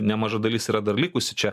nemaža dalis yra dar likusi čia